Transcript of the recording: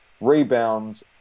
Rebounds